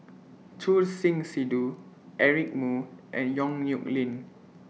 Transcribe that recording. Choor Singh Sidhu Eric Moo and Yong Nyuk Lin